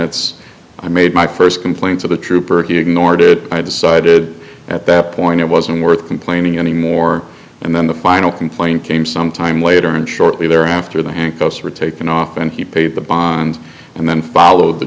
minutes i made my first complaint to the trooper he ignored it i decided at that point it wasn't worth complaining anymore and then the final complaint came some time later and shortly thereafter the handcuffs were taken off and he paid the bond and then followed the